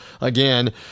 again